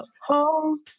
home